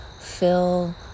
fill